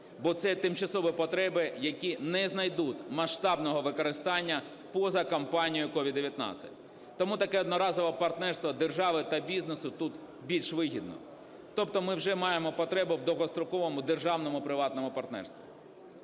бо це тимчасові потреби, які не знайдуть масштабного використання поза кампанією COVID-19. Тому таке одноразове партнерство держави та бізнесу тут більш вигідно. Тобто ми вже маємо потребу в довгостроковому державному приватному партнерстві.